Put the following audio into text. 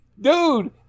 dude